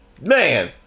man